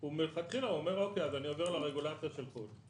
הוא מלכתחילה אומר: אוקיי אז אני עובר לרגולציה של חו"ל.